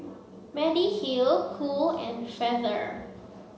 Mediheal Cool and Feather